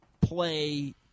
play